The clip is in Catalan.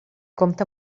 compta